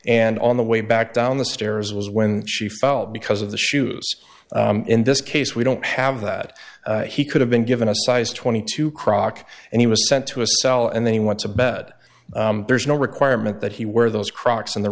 and on the way back down the stairs was when she fell because of the shoes in this case we don't have that he could have been given a size twenty two crock and he was sent to a cell and then he went to bed there's no requirement that he wear those crocs on the